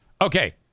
Okay